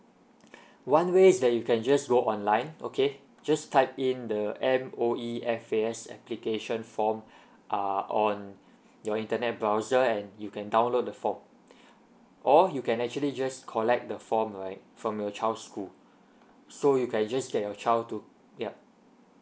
one way is that you can just go online okay just type in the M_O_E F_A_S application form uh on your internet browser and you can download the form or you can actually just collect the form right from your child's school so you can just get your child to yup